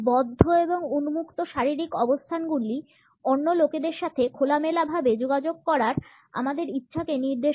বদ্ধ এবং উন্মুক্ত শারীরিক অবস্থানগুলি অন্য লোকেদের সাথে খোলামেলাভাবে যোগাযোগ করার আমাদের ইচ্ছাকে নির্দেশ করে